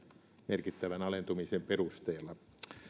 merkittävän alentumisen perusteella